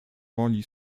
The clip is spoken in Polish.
woli